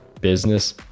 business